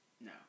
No